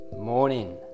Morning